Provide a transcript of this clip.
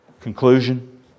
Conclusion